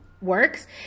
works